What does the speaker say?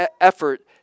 effort